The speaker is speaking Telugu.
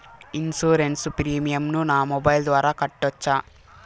ఇన్సూరెన్సు ప్రీమియం ను నా మొబైల్ ద్వారా కట్టొచ్చా?